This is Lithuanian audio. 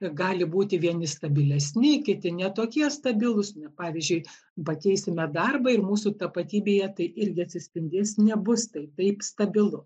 gali būti vieni stabilesni kiti ne tokie stabilūs na pavyzdžiui pakeisime darbą ir mūsų tapatybėje tai irgi atsispindės nebus tai taip stabilu